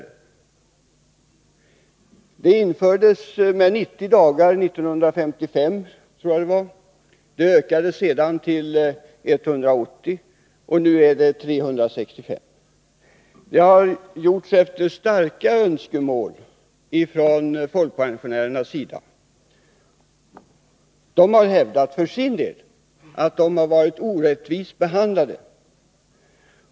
Det systemet infördes med 90 dagar år 1955, därefter skedde en ökning till 180 dagar, och nu är det således 365 dagar. Denna fria sjukvård har tillkommit efter starka önskemål från folkpensionärerna. De har hävdat att de tidigare har varit orättvist behandlade.